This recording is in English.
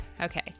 Okay